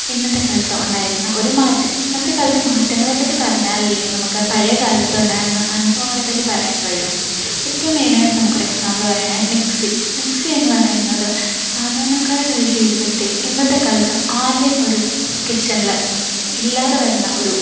ഇന്നത്തെ കാലത്ത് ഉണ്ടായിരിക്കുന്ന ഒരുമാറ്റം ഇന്നത്തെ കാലത്തെ മാറ്റങ്ങളെപ്പറ്റി പറഞ്ഞാലല്ലേ നമുക്ക് പഴയകാലത്ത് ഉണ്ടായിരുന്ന അനുഭവങ്ങളെപ്പറ്റി പറയാൻ കഴിയൂ ഏറ്റവും മെയിനായിട്ട് നമുക്കൊരു എക്സാംപിള് പറയാണേൽ മിക്സി മിക്സിയെന്ന് പറയുന്നത് സാധാരണക്കാരുടെ ഒരു ജീവിതത്തെ ഇന്നത്തെ കാലത്ത് ആരുടേയും ഒരു കിച്ചണിൽ ഇല്ലാതെ വരുന്ന ഒരു